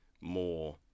more